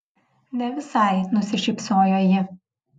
ne visai nusišypsojo ji